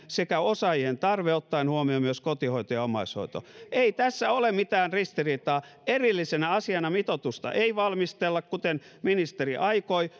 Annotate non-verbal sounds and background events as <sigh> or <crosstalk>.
<unintelligible> sekä osaajien tarve ottaen huomioon myös kotihoito ja omaishoito ei tässä ole mitään ristiriitaa erillisenä asiana mitoitusta ei valmistella kuten ministeri aikoi <unintelligible>